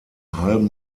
halben